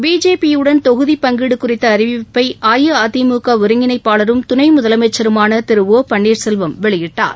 பிஜேபியுடன் தொகுதிப் பங்கீடு குறித்த அறிவிப்பை அஇஅதிமுக ஒருங்கிணைப்பாளரும் துணை முதலமைச்சருமான திரு ஒ பன்னீர்செல்வம் வெளியிட்டார்